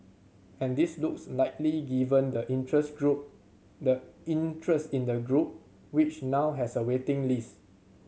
and this looks likely given the interest group the interest in the group which now has a waiting list